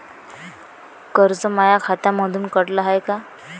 कर्ज माया खात्यामंधून कटलं हाय का?